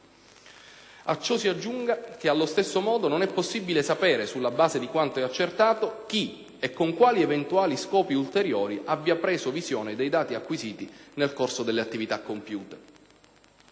A ciò si aggiunga che, allo stesso modo, non è possibile sapere, sulla base di quanto è accertato, chi e con quali eventuali scopi ulteriori abbia preso visione dei dati acquisiti nel corso delle attività compiute.